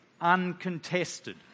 uncontested